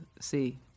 see